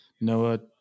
Noah